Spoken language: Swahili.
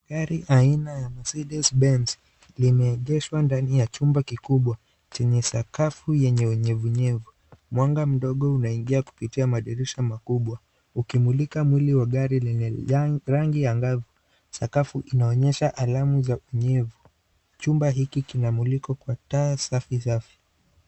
Gari aina ya Mercedes Benz limeegeshwa ndani ya chumba kikubwa chenye sakafu yenye unyevunyevu. Mwanga mdogo unaingia kupitia madirisha makubwa ukimulika mwili wa gari lenye rangi angavu . Sakafu inaonyesha alama za unyevu, chumba hiki kinamulikwa kwa taa safi safi.